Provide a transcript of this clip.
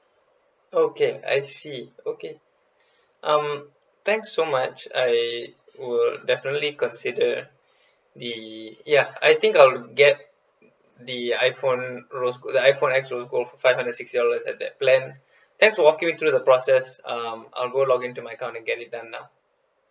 okay I see okay um thanks so much I would definitely consider the ya I think I'll get the iphone rose gold the iphone X rose gold for five hundred and six dollars at that plan thanks for walking me through the process um I'll go log in to my account and get it done now